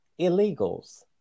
illegals